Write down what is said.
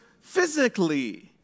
physically